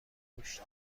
منوکشت